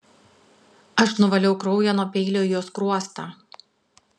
aš nuvaliau kraują nuo peilio į jo skruostą